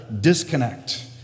disconnect